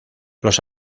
los